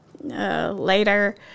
later